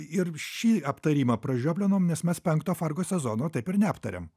ir šį aptarimą pražioplinom nes mes penkto fargo sezono taip ir neaptarėm